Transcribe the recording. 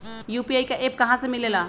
UPI का app कहा से मिलेला?